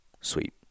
Sweet